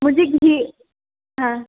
मुझे घी हाँ